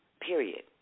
period